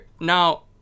now